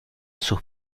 sus